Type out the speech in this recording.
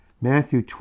Matthew